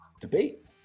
debate